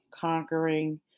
conquering